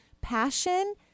Passion